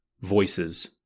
Voices